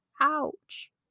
ouch